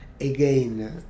again